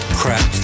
crap